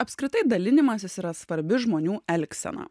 apskritai dalinimasis yra svarbi žmonių elgseną